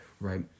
right